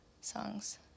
songs